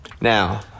Now